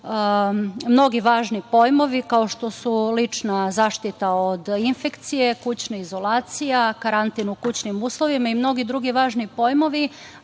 mnogi važni pojmovi, kao što su lična zaštita od infekcije, kućna izolacija, karantin u kućnim uslovima i mnogi drugi važni pojmovi,